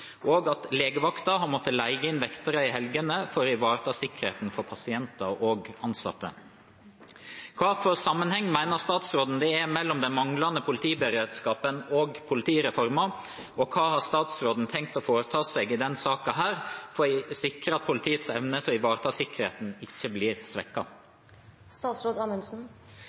og at legevakten har måttet leie inn vektere i helgene for å ivareta sikkerheten for pasienter og ansatte. Hvilken sammenheng mener statsråden det er mellom den manglende politiberedskapen og politireformen, og hva har statsråden tenkt å foreta seg i denne saken for å sikre at politiets evne til å ivareta sikkerheten ikke blir